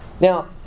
Now